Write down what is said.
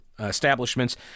establishments